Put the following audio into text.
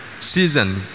season